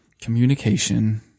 Communication